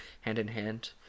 hand-in-hand